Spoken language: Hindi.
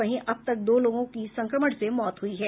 वहीं अब तक दो लोगों की संक्रमण से मौत हुई है